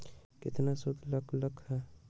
केतना सूद लग लक ह?